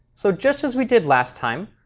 so just as we did last time,